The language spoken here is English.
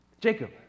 Jacob